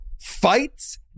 fights